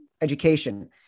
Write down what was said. education